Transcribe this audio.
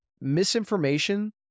misinformation